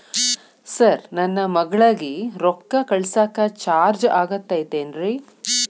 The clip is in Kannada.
ಸರ್ ನನ್ನ ಮಗಳಗಿ ರೊಕ್ಕ ಕಳಿಸಾಕ್ ಚಾರ್ಜ್ ಆಗತೈತೇನ್ರಿ?